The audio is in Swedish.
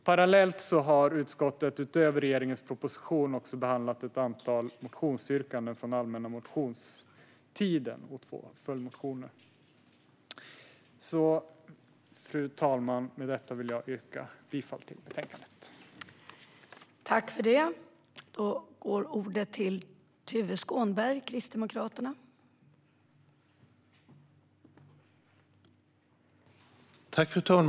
Parallellt har utskottet, utöver regeringens proposition, också behandlat ett antal motionsyrkanden från den allmänna motionstiden, liksom två följdmotioner. Fru talman! Med detta vill jag yrka bifall till utskottets förslag i betänkandet.